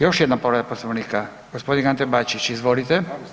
Još jedna povreda Poslovnika, gospodin Ante Bačić, izvolite.